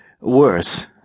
Worse